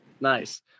Nice